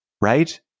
right